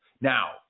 Now